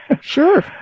Sure